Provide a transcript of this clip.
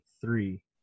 three